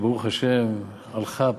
שברוך השם הלכה,